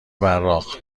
براق